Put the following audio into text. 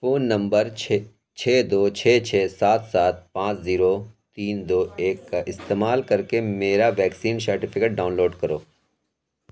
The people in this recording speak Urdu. فون نمبر چھ چھ دو چھ چھ سات سات پانچ زیرو تین دو ایک کا استعمال کر کے میرا ویکسین سرٹیفکیٹ ڈاؤن لوڈ کرو